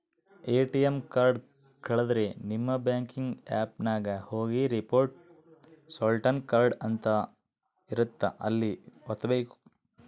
ATM card ಕಳುದ್ರೆ ನಿಮ್ banking app ನಾಗ ಹೋಗಿ ರಿಪೋರ್ಟ್ ಸ್ಟೋಲನ್ ಕಾರ್ಡ್ ಅಂತ ಇರುತ್ತ ಅಲ್ಲಿ ವತ್ತ್ಬೆಕು